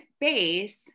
base